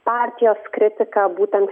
partijos kritiką būtent